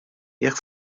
jekk